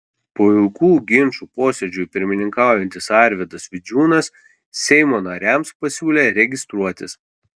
po ilgų ginčų posėdžiui pirmininkaujantis arvydas vidžiūnas seimo nariams pasiūlė registruotis